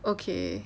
okay